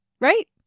Right